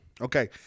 Okay